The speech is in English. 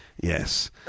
Yes